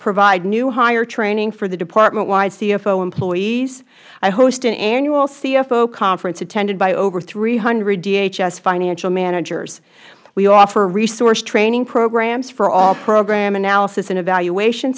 provide newhire training for the departmentwide cfo employees i host an annual cfo conference attended by over three hundred dhs financial managers we offer resource training programs for all program analysis and evaluation